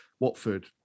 Watford